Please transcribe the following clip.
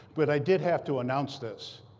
but i did have to announce this.